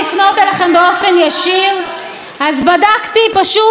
לאחרונה פורסמו שני פסקי דין שהכאיבו לשמאל,